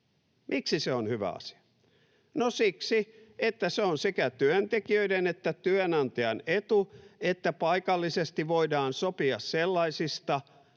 Miksi se on hyvä asia? No siksi, että se on sekä työntekijöiden että työnantajien etu, että paikallisesti voidaan sopia sellaisista